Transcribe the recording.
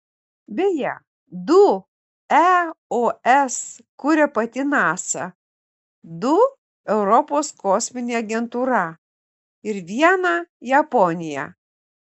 beje du eos kuria pati nasa du europos kosminė agentūra ir vieną japonija